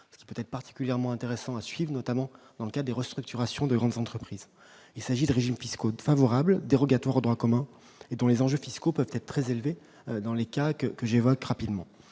ce qui peut-être particulièrement intéressant à suivre, notamment dans le cas des restructurations de grandes entreprises, il s'agit de régimes fiscaux favorables dérogatoire au droit commun et dans les enjeux fiscaux peuvent être très élevés dans les cas que que j'ai votre rapidement,